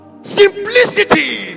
Simplicity